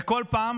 וכל פעם